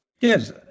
Yes